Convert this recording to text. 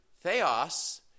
theos